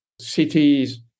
cities